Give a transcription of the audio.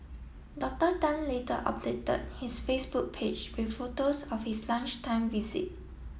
Doctor Tan later updated his Facebook page with photos of his lunchtime visit